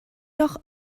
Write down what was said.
doch